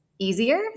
easier